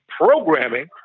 programming